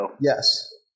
Yes